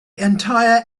entire